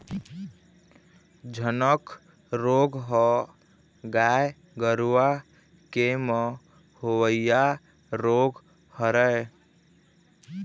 झनक रोग ह गाय गरुवा के म होवइया रोग हरय